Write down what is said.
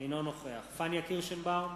אינו נוכח פניה קירשנבאום,